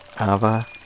Ava